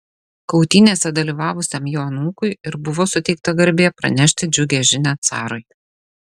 kautynėse dalyvavusiam jo anūkui ir buvo suteikta garbė pranešti džiugią žinią carui